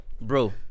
Bro